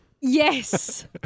Yes